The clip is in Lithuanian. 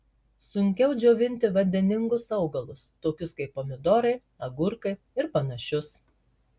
sunkiau džiovinti vandeningus augalus tokius kaip pomidorai agurkai ir panašius